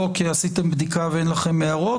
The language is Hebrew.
לא כי עשיתם בדיקה ואין לכם הערות,